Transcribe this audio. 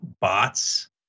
bots